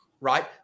right